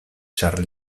ĉar